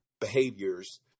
behaviors